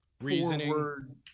Reasoning